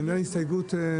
זו הייתה הסתייגות עקרונית.